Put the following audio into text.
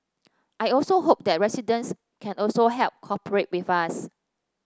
I also hope that residents can also help cooperate with us